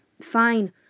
Fine